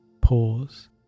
pause